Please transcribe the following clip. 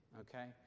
okay